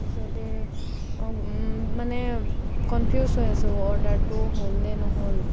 তাৰ পিছতে মানে কনফিউজ হৈ আছো অৰ্ডাৰটো হ'ল নে নহ'ল